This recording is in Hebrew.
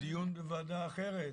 דיון בוועדה אחרת.